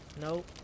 Nope